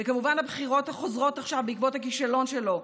וכמובן הבחירות החוזרות עכשיו בעקבות הכישלון שלו,